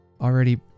already